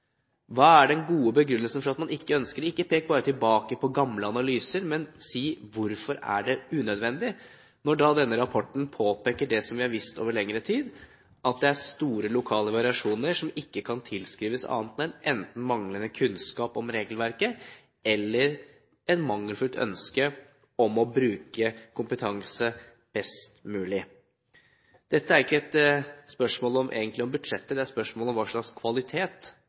Hva er den gode begrunnelsen for at man ikke ønsker det? Man må ikke bare peke tilbake på gamle analyser, men si hvorfor det er unødvendig, når denne rapporten påpeker det vi har visst over lengre tid: Det er store lokale variasjoner, som ikke kan tilskrives annet enn manglende kunnskap om regelverket eller manglende ønske om å bruke kompetanse best mulig. Dette er egentlig ikke et spørsmål om budsjettet, men et spørsmål om hva slags kvalitet